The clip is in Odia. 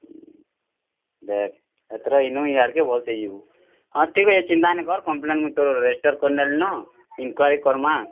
ଦେଖ୍ ଏଥ୍ର ଇନୁ ଇଆଡ଼୍କେ ଭଲ୍ସେ ଯିବୁ ହାଁ ଠିକ୍ ଅଛେ ଚିନ୍ତା ନାଇଁକର୍ କମ୍ପ୍ଲେଣ୍ଟ୍ ମୁଇଁ ତୋ'ର୍ ରେଜିଷ୍ଟର୍ କରିନେଲିନ ଇନ୍କ୍ୱାରି କର୍ମା